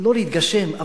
לא להתגשם,